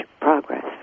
progress